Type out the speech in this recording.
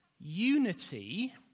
unity